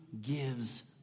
gives